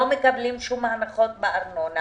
לא מקבלים הנחות בארנונה.